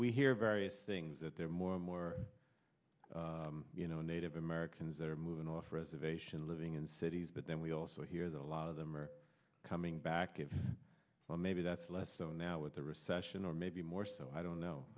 we hear various things that there are more and more you know native americans that are moving off reservation living in cities but then we also hear that a lot of them are coming back if well maybe that's less so now with the recession or maybe more so i don't know